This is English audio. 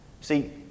See